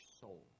soul